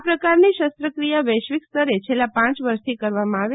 આ પ્રકારની શસ્ત્રક્રિયા વૈશ્વિકસ્તરે છેલ્લા પ વર્ષથી કરવામં આવે છે